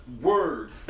word